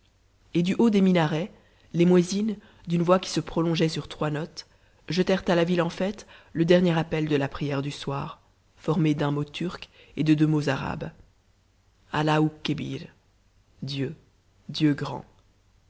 et du haut des minarets les muezzins d'une voix qui se prolongeait sur trois notes jetèrent à la ville en fête le dernier appel de la prière du soir formée d'un mot turc et de deux mots arabes allah